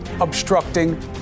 obstructing